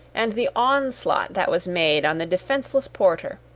and the onslaught that was made on the defenceless porter!